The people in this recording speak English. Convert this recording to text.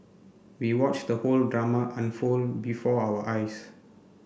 we watched the whole drama unfold before our eyes